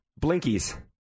Blinkies